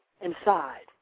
inside